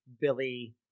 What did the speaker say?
Billy